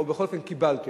או בכל אופן קיבלתי,